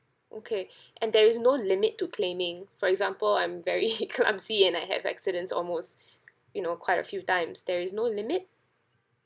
okay and there is no limit to claiming for example I'm very clumsy and I have accidents almost you know quite a few times there is no limit